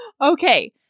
Okay